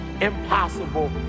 impossible